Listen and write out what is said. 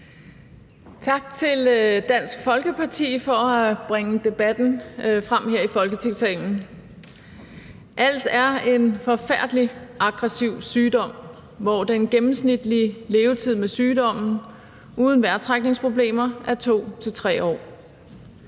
tak til Dansk Folkeparti for at bringe debatten frem her i Folketingssalen. Als er en forfærdelig aggressiv sygdom, hvor den gennemsnitlige levetid med sygdommen uden vejrtrækningsproblemer er 2 til 3 år.